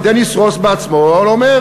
אם דניס רוס בעצמו אומר,